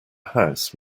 house